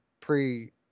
pre